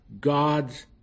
God's